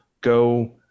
go